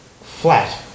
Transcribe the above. flat